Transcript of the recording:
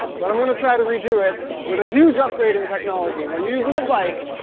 but, i'm gonna try to redo it with a huge upgrade in technology we're using a bike.